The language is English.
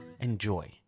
enjoy